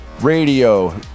Radio